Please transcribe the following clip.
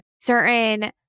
certain